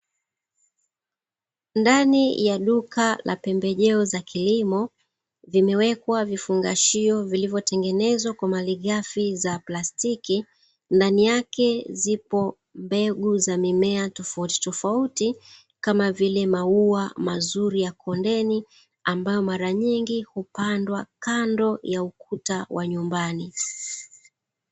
Ndani ya duka la pembejeo za kilimo, vimewekwa vifungashio vilivyotengenezwa kwa malighafi za plastiki, ndani yake zipo mbegu za mimea tofautitofauti, kama vile maua mazuri ya kondeni, ambayo mara nyingi hupandwa kando ya ukuta wa nyumbani.